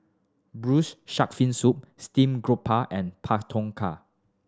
Braised Shark Fin Soup Steamed Garoupa and Pak Thong Ko